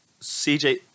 CJ